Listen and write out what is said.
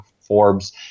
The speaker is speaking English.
Forbes